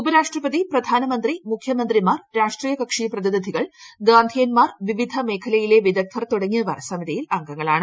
ഉപരാഷ്ട്രപതി പ്രധാനമന്ത്രിൂ ്മുഖ്യമന്ത്രിമാർ രാഷ്ട്രീയ കക്ഷി പ്രതിനിധികൾ ഗാന്ധിയന്മാർ ് വിവിധ മേഖലയിലെ വിദഗ്ദ്ധർ തുടങ്ങിയവർ സമിതിയിൽ അംഗങ്ങളാണ്